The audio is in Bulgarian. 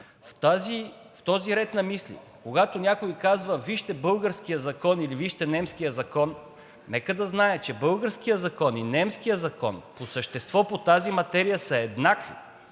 В този ред на мисли, когато някой казва – вижте българския закон или вижте немския закон, нека да знае, че българският закон и немският закон по същество по тази материя са еднакви,